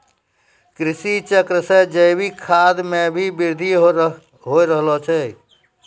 कृषि चक्र से जैविक खाद मे भी बृद्धि हो रहलो छै